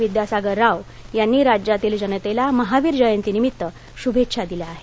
विद्यासागर राव यांनी राज्यातील जनतेला महावीर जयंतीनिमित्त शुभेच्छा दिल्या आहेत